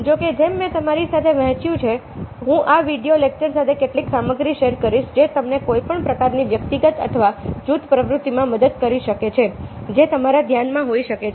જો કે જેમ મેં તમારી સાથે વહેંચીશ કર્યું છે હું આ વિડિયો લેક્ચર સાથે કેટલીક સામગ્રી શેર કરીશ જે તમને કોઈપણ પ્રકારની વ્યક્તિગત અથવા જૂથ પ્રવૃત્તિમાં મદદ કરી શકે છે જે તમારા ધ્યાનમાં હોઈ શકે છે